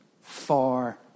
Far